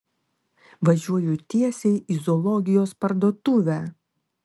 važiuoju tiesiai į zoologijos parduotuvę